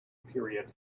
period